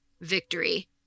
victory